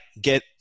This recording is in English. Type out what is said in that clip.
get